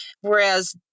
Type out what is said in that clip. whereas